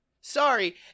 Sorry